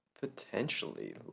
Potentially